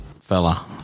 fella